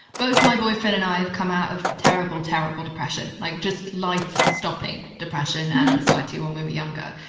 both my boyfriend and i have come out of terrible, terrible depression. like just life stopping depression and anxiety when we were younger.